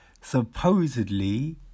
supposedly